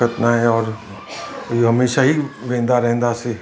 दिक़त न आहे और हीउ हमेशह ई वेंदा रहंदासीं